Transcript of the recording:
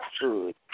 food